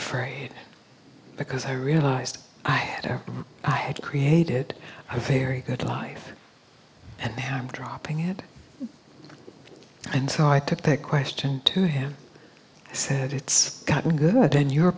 afraid because i realized i had or i had created i very good life and now i'm dropping it and so i took that question to him said it's good on your